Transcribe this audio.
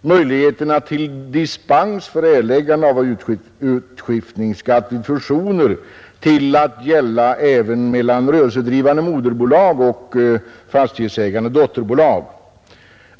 möjligheterna till dispens från erläggande av utskiftningsskatt vid fusioner till att gälla även mellan rörelsedrivande moderbolag och fastighetsägande dotterbolag.